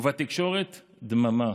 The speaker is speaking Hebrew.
ובתקשורת, דממה.